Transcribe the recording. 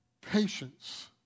Patience